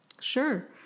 Sure